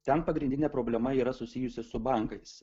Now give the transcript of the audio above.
ten pagrindinė problema yra susijusi su bankais